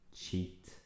Cheat